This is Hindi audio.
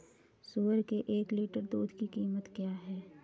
सुअर के एक लीटर दूध की कीमत क्या है?